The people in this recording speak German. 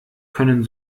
können